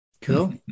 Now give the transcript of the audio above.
Cool